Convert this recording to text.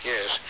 Yes